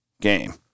game